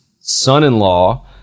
son-in-law